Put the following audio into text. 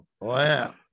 wow